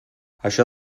això